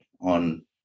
on